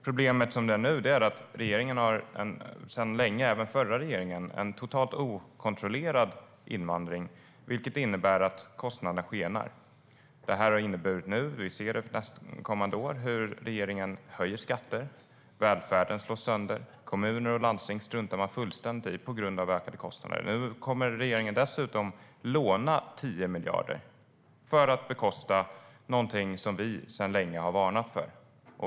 Problemet är nu att regeringen och även förra regeringen sedan länge har haft en totalt okontrollerad invandring vilket innebär att kostnaderna skenar. Det här har inneburit att regeringen nu - och vi ser det också för nästkommande år - höjer skatter. Välfärden slås sönder, och kommuner och landsting struntar regeringen fullständigt i på grund av ökade kostnader. Nu kommer regeringen dessutom att låna 10 miljarder för att bekosta någonting som vi sedan länge har varnat för.